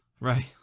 Right